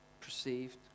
perceived